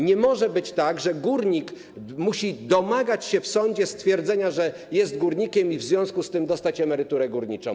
Nie może być tak, że górnik musi domagać się w sądzie stwierdzenia, że jest górnikiem i że w związku z tym może dostać emeryturę górniczą.